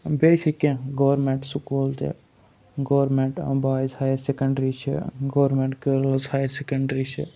بیٚیہِ چھِ کینٛہہ گورمیٚنٛٹ سکوٗل تہِ گورمیٚنٛٹ بایِز ہایر سیٚکنٛڈرٛی چھِ گورمیٚنٛٹ گٔرلٕز ہایر سیٚکنٛڈرٛی چھِ